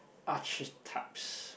archetypes